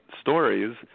stories